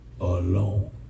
alone